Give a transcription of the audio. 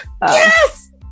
yes